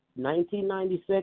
1996